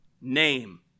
name